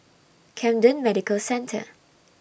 Camden Medical Centre